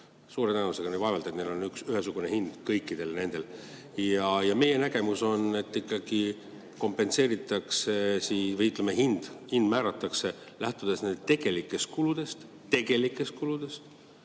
Suure tõenäosusega. Vaevalt et neil on ühesugune hind, kõikidel nendel. Ja meie nägemus on, et ikkagi kompenseeritakse või hind määratakse lähtudes tegelikest kuludest – tegelikest kuludest